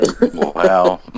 wow